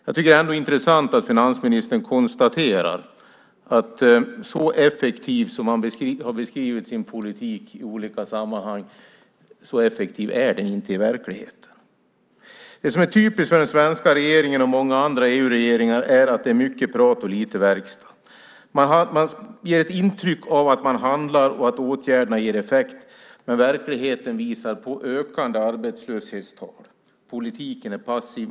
Jag tycker ändå att det är intressant att finansministern konstaterar att så effektiv som man har beskrivit sin politik i olika sammanhang är den inte i verkligheten. Det som är typiskt för den svenska regeringen och många andra EU-regeringar är att det är mycket prat och lite verkstad. Man ger ett intryck av att man handlar och att åtgärderna ger effekt, men verkligheten visar på ökande arbetslöshetstal. Politiken är passiv.